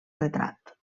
retrat